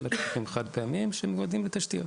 אלא כספים חד פעמיים שמיועדים לתשתיות.